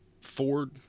ford